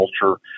culture